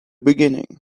beginning